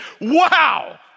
Wow